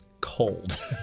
cold